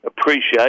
appreciation